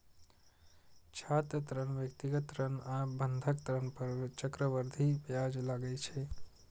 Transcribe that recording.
छात्र ऋण, व्यक्तिगत ऋण आ बंधक ऋण पर चक्रवृद्धि ब्याज लागै छै